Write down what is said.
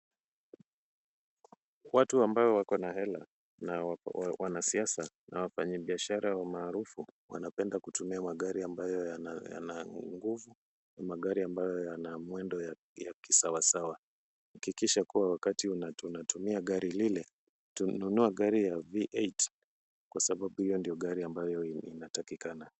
Watu ambao wako na hela na wanasiasa na wafanyibiashara maarufu wanapenda kutumia magari ambayo yana nguvu. Magari ambayo yana mwendo ya kisawasawa. Hakikisha kuwa wakati unatumia gari lile, nunua gari ya V8 kwa sababu hiyo ndio gari ambayo inatakikana.